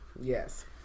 Yes